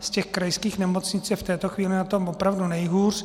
Z krajských nemocnic je v této chvíli na tom opravdu nejhůř.